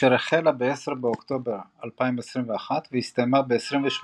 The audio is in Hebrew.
אשר החלה ב-10 באוקטובר 2021 והסתיימה ב-28